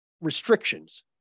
restrictions